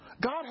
God